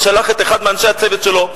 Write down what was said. שלח את אחד מאנשי הצוות שלו,